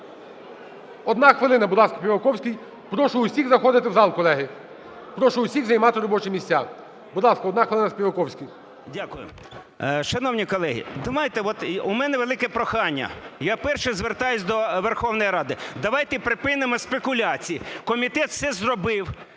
Одна хвилина, будь ласка, Співаковський. Прошу усіх заходити в зал, колеги. Прошу усіх займати робочі місця. Будь ласка, одна хвилина, Співаковський. 16:28:13 СПІВАКОВСЬКИЙ О.В. Дякую. Шановні колеги, от у мене велике прохання, я вперше звертаюся до Верховної Ради, давайте припинимо спекуляції! Комітет все зробив.